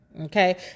Okay